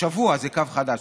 השבוע זה קו חדש.